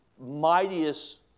mightiest